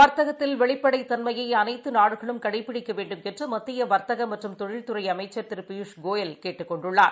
வர்த்தகத்தில் வெளிப்படைத் தன்மையைஅனைத்துநாடுகுளும் கடைபிடிக்கவேண்டுமென்றுமத்தியவா்த்தகமற்றும் தொழிதுறைஅமைச்சா் திருபியூஷ்கோயல் கேட்டுக் கொண்டுள்ளார்